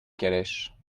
calèche